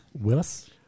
willis